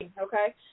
Okay